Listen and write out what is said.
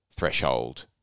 Threshold